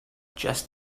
just